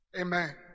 Amen